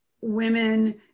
women